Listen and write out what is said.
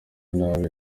nabi